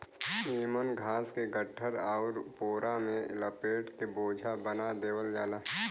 एमन घास के गट्ठर आउर पोरा में लपेट के बोझा बना देवल जाला